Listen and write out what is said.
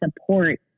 support